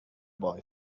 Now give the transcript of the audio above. boy